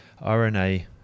RNA